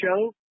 Show